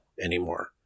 anymore